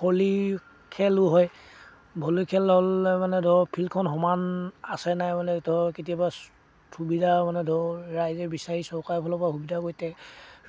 volley খেলো হয় volley খেল হ'লে মানে ধৰক ফিল্ডখন সমান আছে নাই মানে ধৰ কেতিয়াবা সুবিধা মানে ধৰ ৰাইজে বিচাৰি চৰকাৰৰ ফালৰপৰা সুবিধা কৰি থাকে